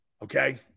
Okay